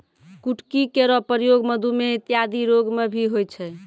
कुटकी केरो प्रयोग मधुमेह इत्यादि रोग म भी होय छै